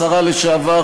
השרה לשעבר,